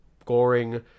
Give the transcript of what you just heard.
scoring